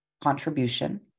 contribution